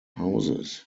houses